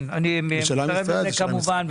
אני מצטרף לזה כמובן.